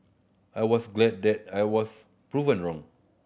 I was glad that I was proven wrong